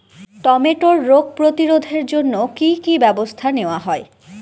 টমেটোর রোগ প্রতিরোধে জন্য কি কী ব্যবস্থা নেওয়া হয়?